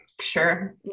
Sure